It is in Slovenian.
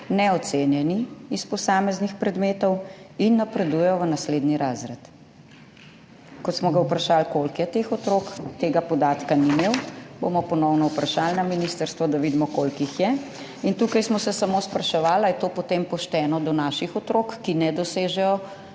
neocenjeni iz posameznih predmetov in napredujejo v naslednji razred. Ko smo ga vprašali, koliko je teh otrok, tega podatka ni imel, bomo ponovno vprašali na ministrstvo, da vidimo, koliko jih je. In tukaj smo se samo spraševali, ali je to potem pošteno do naših otrok, ki ne dosežejo